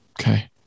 Okay